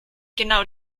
genau